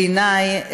בעיניי,